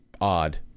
Odd